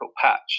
patch